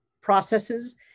processes